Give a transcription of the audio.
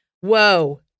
whoa